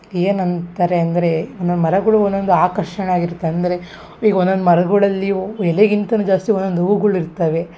ಏನು ಅಂತಾರೆ ಅಂದರೆ ಒಂದೊಂದು ಮರಗಳು ಒಂದೊಂದು ಆಕರ್ಷಣೆ ಆಗಿರುತ್ತೆ ಅಂದರೆ ಈಗ ಒಂದೊಂದು ಮರಗಳಲ್ಲಿ ಒ ಎಲೆಗಿಂತಲೂ ಜಾಸ್ತಿ ಒಂದೊಂದು ಹೂಗಳು ಇರ್ತವೆ